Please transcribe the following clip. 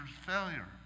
failure